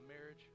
marriage